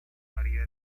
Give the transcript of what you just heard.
maría